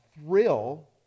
thrill